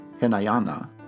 Hinayana